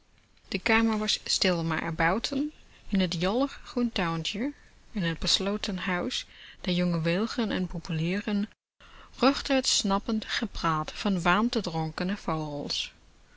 de kamer was stil maar er buiten in t jolig groen tuintje in t besloten huis der jonge wilgen en populieren ruchtte het snappend gepraat van warmte dronkene vogels